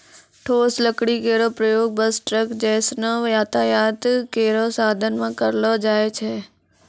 ठोस लकड़ी केरो प्रयोग बस, ट्रक जैसनो यातायात केरो साधन म करलो जाय छै